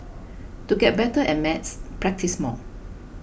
to get better at maths practise more